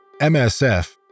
MSF